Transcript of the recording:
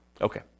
Okay